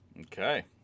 Okay